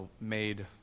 made